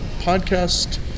podcast